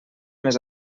més